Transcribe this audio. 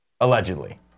Allegedly